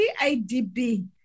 CIDB